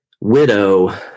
widow